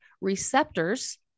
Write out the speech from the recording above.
receptors